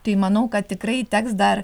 tai manau kad tikrai teks dar